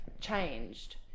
changed